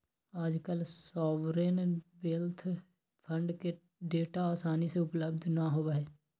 आजकल sovereign wealth fund के data आसानी से उपलब्ध ना होबा हई